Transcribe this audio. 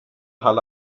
halle